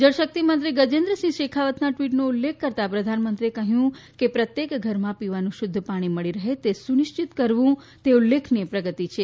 જળશક્તિ મંત્રી ગજેન્દ્રસિંહ શેખાવતના ટ્વીટનો ઉલ્લેખ કરતા પ્રધાનમંત્રીએ કહ્યું કે પ્રત્યેક ધરમાં પીવાનું શુધ્ધ પાણી મળી રહે તે સુનિશ્ચિત કરવું તે ઉલ્લેખનિય પ્રગતિ છે